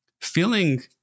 Feeling